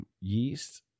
Yeast